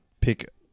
pick